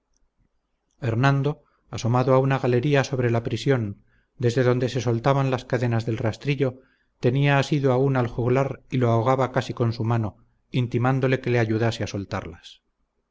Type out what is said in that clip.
hernando asomado a una galería sobre la prisión desde donde se soltaban las cadenas del rastrillo tenía asido aún al juglar y lo ahogaba casi con su mano intimándole que le ayudase a soltarlas